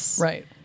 right